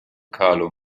carlo